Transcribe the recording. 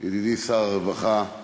ידידי שר הרווחה,